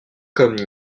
comme